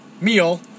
meal